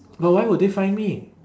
but why would they find me